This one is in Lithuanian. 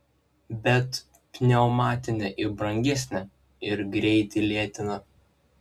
bet pneumatinė ir brangesnė ir greitį lėtina